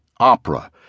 opera